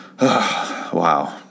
wow